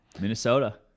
Minnesota